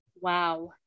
Wow